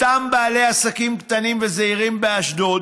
אותם בעלי עסקים קטנים וזעירים באשדוד,